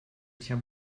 tiens